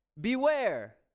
beware